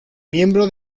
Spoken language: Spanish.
miembro